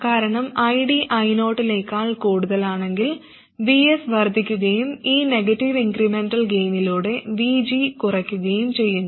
കാരണം ID I0 നേക്കാൾ കൂടുതലാണെങ്കിൽ Vs വർദ്ധിക്കുകയും ഈ നെഗറ്റീവ് ഇൻക്രെമെന്റൽ ഗൈനിലൂടെ VG കുറയ്ക്കുകയും ചെയ്യുന്നു